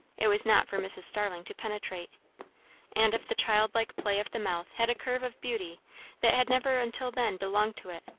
it was not for mrs. starling to penetrate and if the childlike play of the mouth had a curve of beauty that had never until then belonged to it,